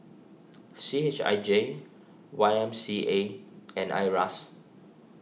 C H I J Y M C A and Iras